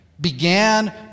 began